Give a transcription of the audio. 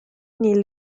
neil